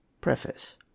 Preface